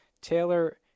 Taylor